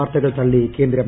വാർത്തകളെ തള്ളി ക്യേന്ദ്രം